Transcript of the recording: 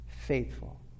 Faithful